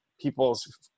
people's